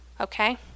okay